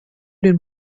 den